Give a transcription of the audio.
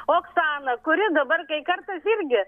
oksana kuri dabar kai kartas irgi